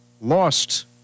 lost